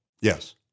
Yes